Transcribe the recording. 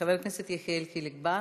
חבר הכנסת יחיאל חילק בר,